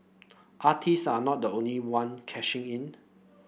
artists are not the only one cashing in